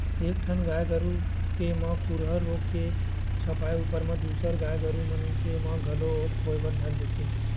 एक ठन गाय गरु के म खुरहा रोग के छपाय ऊपर म दूसर गाय गरुवा मन के म घलोक होय बर धर लेथे